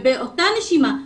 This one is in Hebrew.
באותה נשימה,